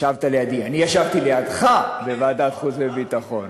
ישבת לידי, אני ישבתי לידך בוועדת חוץ וביטחון.